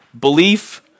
belief